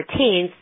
14th